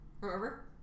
Remember